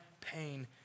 pain